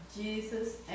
Jesus